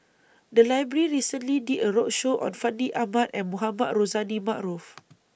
The Library recently did A roadshow on Fandi Ahmad and Mohamed Rozani Maarof